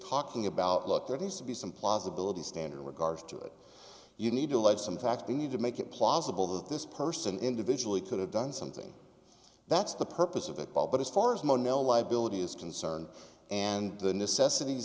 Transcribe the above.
talking about look there has to be some plausibility standard regards to it you need to lead some facts we need to make it plausible that this person individually could have done something that's the purpose of it all but as far as mondale liability is concerned and the necessities